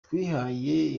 twihaye